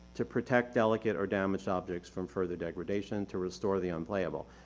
to protect delicate or damaged objects from further degradation, to restore the unplayable.